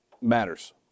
matters